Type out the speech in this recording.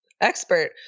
expert